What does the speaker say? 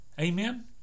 Amen